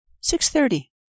Six-thirty